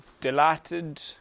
delighted